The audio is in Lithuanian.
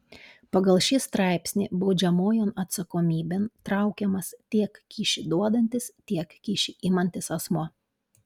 pagal šį straipsnį baudžiamojon atsakomybėn traukiamas tiek kyšį duodantis tiek kyšį imantis asmuo